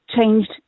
changed